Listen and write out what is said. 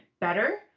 better